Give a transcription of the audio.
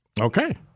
Okay